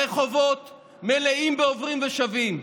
הרחובות מלאים בעוברים ושבים.